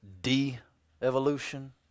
de-evolution